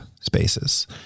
spaces